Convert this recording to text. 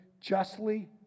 justly